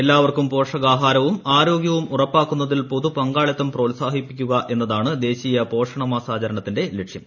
എല്ലാവർക്കും പോഷകാഹാരവും ആരോഗൃവും ഉറപ്പാക്കുന്നതിൽ പൊതുപങ്കാളിത്തം പ്രോത്സാഹിപ്പിക്കുക എന്നതാണ് ദേശീയ പോഷണ മാസാചരണത്തിന്റെ ലക്ഷ്യം